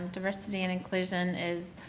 diversity and inclusion is